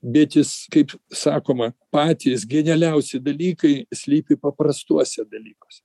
bet jis kaip sakoma patys genialiausi dalykai slypi paprastuose dalykuose